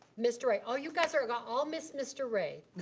mr. ray. all you guys are gonna all miss mr. ray. you